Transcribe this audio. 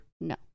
No